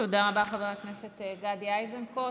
תודה רבה, חבר הכנסת גדי איזנקוט.